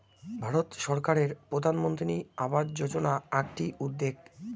ভারত সরকারের প্রধানমন্ত্রী আবাস যোজনা আকটি উদ্যেগ